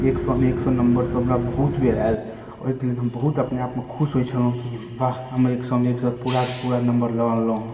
एक सएमे एक सए नम्बर तऽ हमरा बहुत बेर आयल ओइके लेल हम बहुत अपने आपमे खुश होइ छलहुँ कि वाह हम एक सएमे एक सए पूराके पूरा नम्बर लऽ अनलौँह